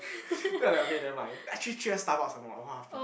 then I like okay nevermind actually I treat her Starbuck some more !wapiang!